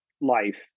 life